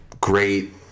Great